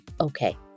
okay